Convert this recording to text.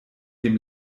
dem